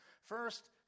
First